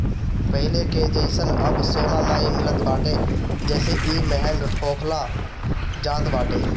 पहिले कअ जइसन अब सोना नाइ मिलत बाटे जेसे इ महंग होखल जात बाटे